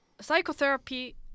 psychotherapy